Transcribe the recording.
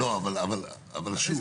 אבל שוב,